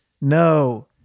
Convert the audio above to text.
No